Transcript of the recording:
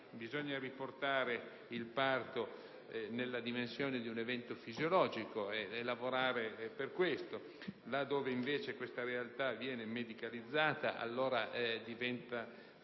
bisogna riportare il parto nella dimensione di un evento fisiologico e lavorare per questo. Laddove, invece, questa realtà viene medicalizzata diventa facilmente